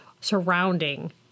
surrounding